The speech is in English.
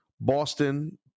Boston